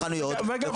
בחנויות ובבתי חולים.